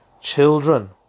Children